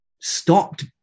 stopped